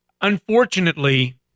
Unfortunately